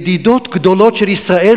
ידידות גדולות של ישראל,